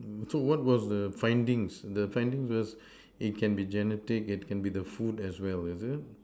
so what was the findings the findings is it can be genetics it can be the food as well is it